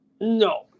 No